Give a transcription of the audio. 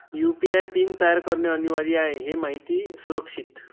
UPI PIN तयार करणे अनिवार्य आहे हे माहिती सुरक्षित